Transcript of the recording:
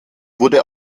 wurde